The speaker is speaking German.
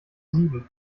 sieben